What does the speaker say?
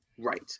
Right